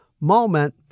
moment